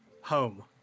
Home